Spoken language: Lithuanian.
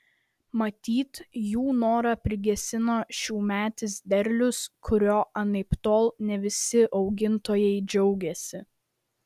matyt jų norą prigesino šiųmetis derlius kuriuo anaiptol ne visi augintojai džiaugėsi